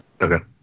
Okay